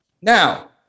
Now